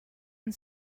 and